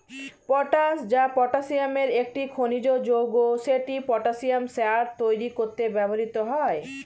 potash, যা পটাসিয়ামের একটি খনিজ যৌগ, সেটি পটাসিয়াম সার তৈরি করতে ব্যবহৃত হয়